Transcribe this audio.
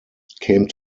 came